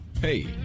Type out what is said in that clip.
Hey